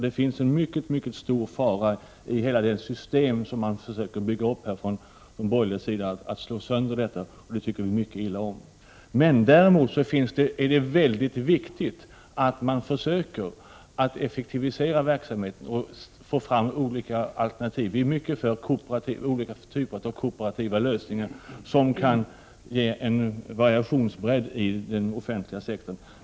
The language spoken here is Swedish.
Det finns en mycket stor fara för att hela det system som man från borgerlig sida försöker bygga upp slår sönder detta, och det tycker vi mycket illa om. Däremot är det väldigt viktigt att man försöker effektivisera verksamheten och få fram olika alternativ. Vi är mycket för olika former av kooperativa lösningar, som kan ge en variationsbredd i den offentliga sektorn.